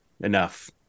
enough